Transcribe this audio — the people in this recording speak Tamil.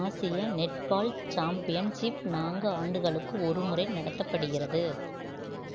ஆசிய நெட்பால் சாம்பியன்ஷிப் நான்கு ஆண்டுகளுக்கு ஒரு முறை நடத்தப்படுகிறது